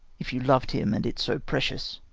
if you lov'd him, and it so precious?